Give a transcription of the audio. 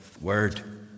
word